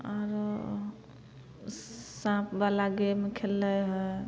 आओर साँपवला गेम खेलै हइ